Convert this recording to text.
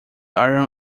iron